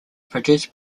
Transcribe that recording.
produced